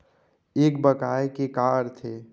एक बकाया के का अर्थ हे?